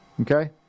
Okay